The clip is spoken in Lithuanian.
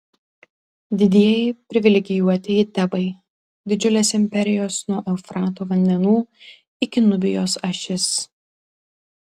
didieji privilegijuotieji tebai didžiulės imperijos nuo eufrato vandenų iki nubijos ašis